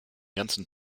ganzen